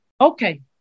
Okay